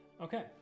Okay